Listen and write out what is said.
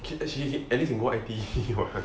it actually hit actually can go I_T_E what